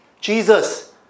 Jesus